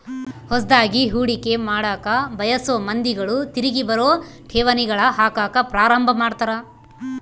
ಹೊಸದ್ಗಿ ಹೂಡಿಕೆ ಮಾಡಕ ಬಯಸೊ ಮಂದಿಗಳು ತಿರಿಗಿ ಬರೊ ಠೇವಣಿಗಳಗ ಹಾಕಕ ಪ್ರಾರಂಭ ಮಾಡ್ತರ